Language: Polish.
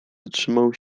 zatrzymywał